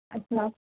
ਅੱਛਾ